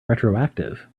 retroactive